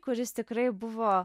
kuris tikrai buvo